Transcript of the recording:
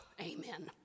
Amen